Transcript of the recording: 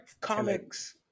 comics